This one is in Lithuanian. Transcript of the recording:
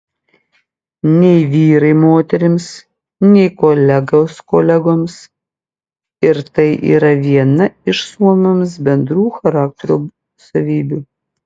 nei vyrai moterims nei kolegos kolegoms ir tai yra viena iš suomiams bendrų charakterio savybių